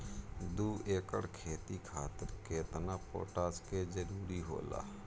दु एकड़ खेती खातिर केतना पोटाश के जरूरी होला?